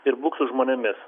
ir būk su žmonėmis